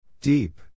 Deep